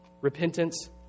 Repentance